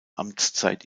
amtszeit